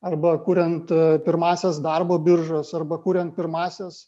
arba kuriant pirmąsias darbo biržas arba kuriant pirmąsias